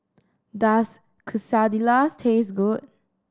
does Quesadillas taste good